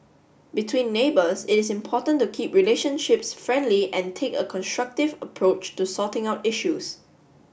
between neighbors it is important to keep relationships friendly and take a constructive approach to sorting out issues